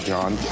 John